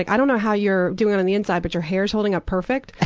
i don't know how you're doing on and the inside, but your hair's holding up perfect.